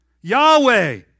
Yahweh